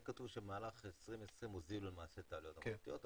כאן כתוב ש"במהלך 2020 הוזילו למעשה את העלויות המערכתיות",